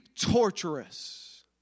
torturous